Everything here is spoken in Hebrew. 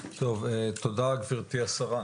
טוב, תודה, גברתי השרה.